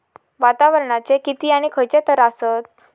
वातावरणाचे किती आणि खैयचे थर आसत?